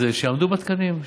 אז שיעמדו בתקנים.